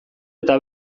eta